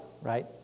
right